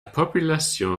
population